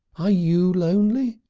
are you lonely?